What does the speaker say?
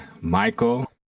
michael